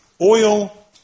Oil